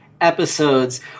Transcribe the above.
episodes